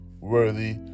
worthy